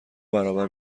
برابر